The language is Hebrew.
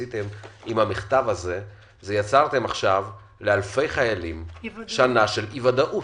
המכתב הזה יצר לאלפי חיילים האלה שנה של אי ודאות.